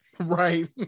Right